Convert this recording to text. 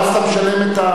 אבל אז אתה משלם את,